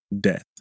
death